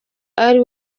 ari